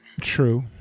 True